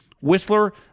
Whistler